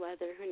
weather